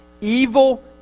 Evil